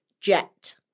Jet